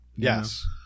Yes